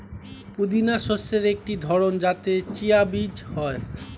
পুদিনা শস্যের একটি ধরন যাতে চিয়া বীজ হয়